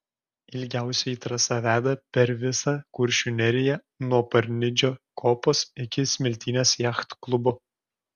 ilgiausioji trasa veda per visą kuršių neriją nuo parnidžio kopos iki smiltynės jachtklubo